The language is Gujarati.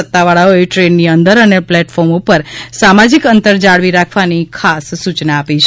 સત્તાવાળાઓએ ટ્રેનની અંદર અને પ્લેટફોર્મ ઉપર સામાજીક અંતર જાળવી રાખવાની ખાસ સૂચના આપી છે